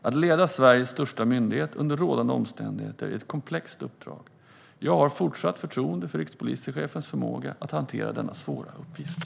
Att leda Sveriges största myndighet under rådande omständigheter är ett komplext uppdrag. Jag har fortsatt förtroende för rikspolischefens förmåga att hantera denna svåra uppgift.